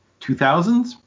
2000s